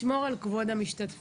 כן, לשמור על כבוד המשתתפים.